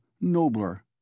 nobler